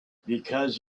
because